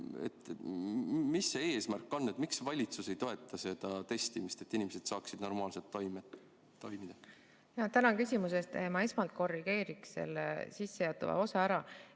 Mis see eesmärk on? Miks valitsus ei toeta testimist, et inimesed saaksid normaalset toimetada? Tänan küsimuse eest! Ma esmalt korrigeeriks selle sissejuhatava osa ära.